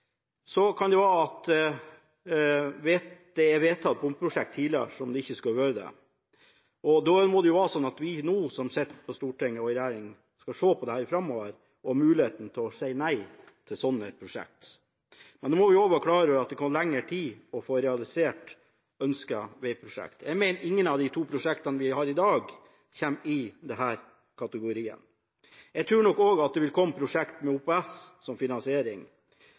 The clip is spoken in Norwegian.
Så kan det være at det er vedtatt bomprosjekter tidligere, der det ikke skulle vært det, og da må det være sånn at vi som nå sitter på Stortinget og i regjeringen, skal se på det framover og ha muligheten til å si nei til sånne prosjekter. Men da må vi også være klar over at det kan gå lengre tid å få realisert ønskede veiprosjekter. Jeg mener at ingen av de to prosjektene vi behandler i dag, kommer i denne kategorien. Jeg tror også at det vil komme prosjekter med OPS som finansiering.